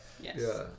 Yes